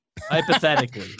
Hypothetically